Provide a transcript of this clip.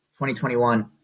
2021